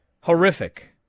horrific